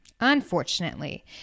Unfortunately